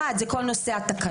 אחד זה כל נושא התקנות,